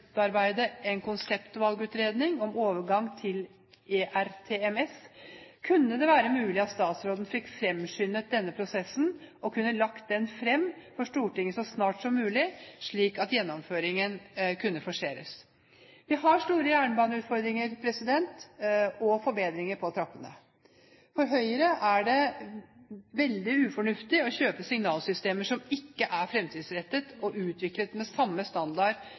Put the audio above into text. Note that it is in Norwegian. utarbeide en konseptvalgutredning om overgang til ERTMS. Kunne det være mulig at statsråden fikk fremskyndet denne prosessen og lagt den frem for Stortinget så snart som mulig, slik at gjennomføringen kunne forseres? Vi har store jernbaneututbygginger og -forbedringer på trappene. For Høyre virker det veldig ufornuftig å kjøpe signalsystemer som ikke er fremtidsrettet og utviklet med samme standard